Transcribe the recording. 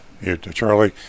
Charlie